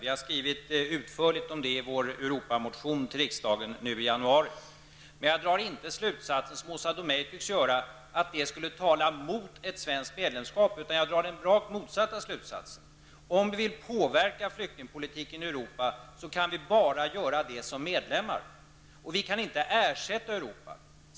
Vi i folkpartiet liberalerna har utförligt redogjort för detta i vår Men jag drar inte den slutsatsen, vilket Åsa Domeij tycks göra, att detta skulle tala mot ett svenskt medlemskap. Jag drar den rakt motsatta slutsatsen. Om vi vill påverka flyktingpolitiken i Europa, kan vi bara göra det som medlemmar, och vi kan inte ersätta Europa.